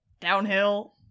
downhill